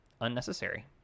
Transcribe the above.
Unnecessary